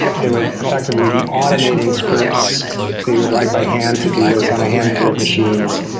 they would effectively be automating scripts that you would write by hand to do this on a handful of machines,